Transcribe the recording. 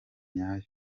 nyayo